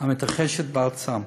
המתרחשת בארצם.